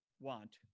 want